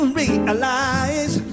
realize